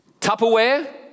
Tupperware